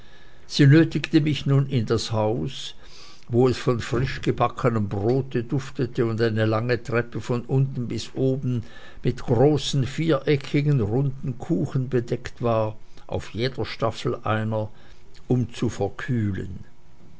sie nötigte mich nun in das haus wo es von frischgebackenem brote duftete und eine lange treppe von unten bis oben mit großen viereckigen und runden kuchen bedeckt war auf jeder staffel einer um zu verkühlen